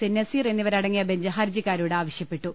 A Nazeer എന്നിവരടങ്ങിയ bench ഹർജിക്കാരോട് ആവ ശ്യപ്പെട്ടു